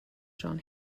john